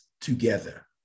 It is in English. together